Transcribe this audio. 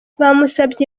bamusabye